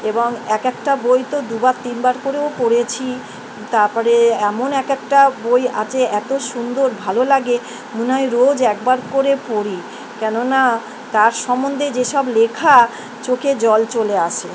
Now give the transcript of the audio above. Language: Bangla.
এবং এক একটা বই তো দুবার তিনবার করেও পড়েছি তারপরে এমন এক একটা বই আছে এতো সুন্দর ভালো লাগে মনে হয় রোজ একবার করে পড়ি কেননা তার সম্বন্ধে যেসব লেখা চোখে জল চলে আসে